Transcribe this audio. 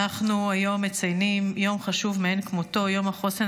היום אנחנו מציינים יום חשוב מאין כמותו: יום החוסן